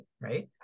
right